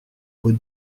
aux